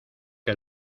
que